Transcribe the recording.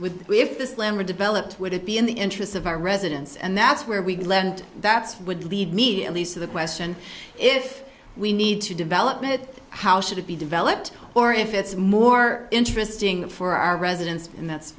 we if the slammer developed would it be in the interest of our residents and that's where we could lend that's would lead me at least to the question if we need to develop it how should it be developed or if it's more interesting for our residents and that's